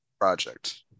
project